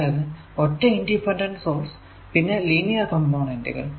അതായത് ഒറ്റ independent source പിന്നെ ലീനിയർ കംപോണന്റുകൾ